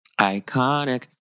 Iconic